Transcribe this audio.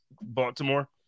Baltimore